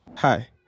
Hi